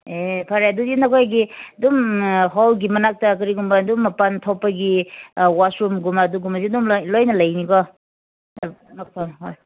ꯑꯦ ꯐꯔꯦ ꯑꯗꯨꯗꯤ ꯅꯈꯣꯏꯒꯤ ꯑꯗꯨꯝ ꯍꯣꯜꯒꯤ ꯃꯅꯥꯛꯇ ꯀꯔꯤꯒꯨꯝꯕ ꯑꯗꯨꯝ ꯃꯄꯥꯟ ꯊꯣꯛꯄꯒꯤ ꯋꯥꯁꯔꯨꯝꯒꯨꯝꯕ ꯑꯗꯨꯒꯨꯝꯕꯁꯨ ꯑꯗꯨꯝ ꯂꯣꯏꯅ ꯂꯩꯅꯤꯀꯣ ꯍꯣꯏ